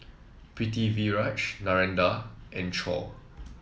Pritiviraj Narendra and Choor